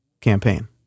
campaign